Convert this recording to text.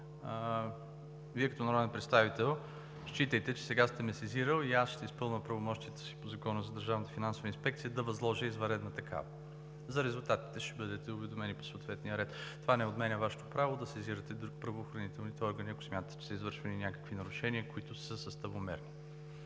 Вие като народен представител считайте, че сега сте ме сезирал и аз ще изпълня правомощията си по Закона за държавната финансова инспекция да възложа извънредна такава. За резултатите ще бъдете уведомени по съответния ред. Това не отменя Вашето право да сезирате правоохранителните органи, ако смятате, че са извършвани някакви нарушения, които са съставомерни.